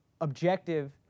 objective